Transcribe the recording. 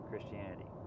Christianity